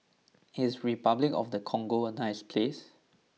is Repuclic of the Congo a nice place